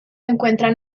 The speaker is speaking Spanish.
encuentran